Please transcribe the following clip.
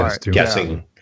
guessing